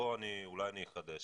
אולי אני אחדש,